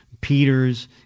Peters